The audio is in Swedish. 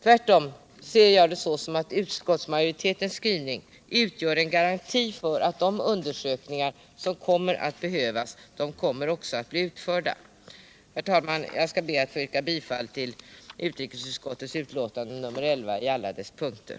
Jag ser det tvärtom så att utskottsmajoritetens skrivning utgör en garanti för att de undersökningar som kommer att behövas också blir utförda. Ä Herr talman! Jag yrkar bifall till utskottets hemställan på alla punkter.